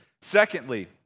Secondly